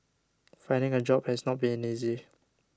finding a job has not been easy